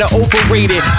overrated